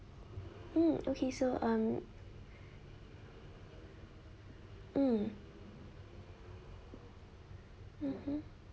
mm okay so um mm mmhmm